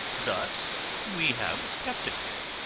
thus we have spectacles.